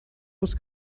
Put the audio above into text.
was